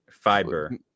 Fiber